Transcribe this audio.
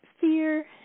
fear